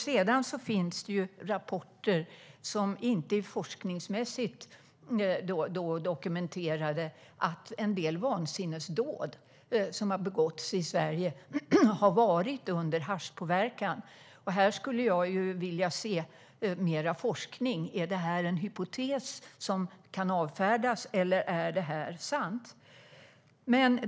Det finns rapporter, som inte är forskningsmässigt dokumenterade, om att en del vansinnesdåd som har begåtts i Sverige har skett under haschpåverkan. Jag skulle vilja se mer forskning. Är det här en hypotes som kan avfärdas, eller är det sant?